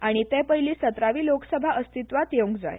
आनी ते पयली सतरावी लोकसभा अस्तित्वात येवंक जाय